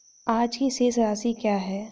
आज की शेष राशि क्या है?